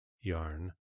Yarn